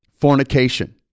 fornication